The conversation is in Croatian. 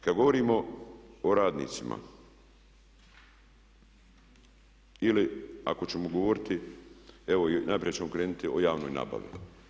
Kad govorimo o radnicima, ili ako ćemo govoriti, evo najprije ćemo krenuti o javnoj nabavi.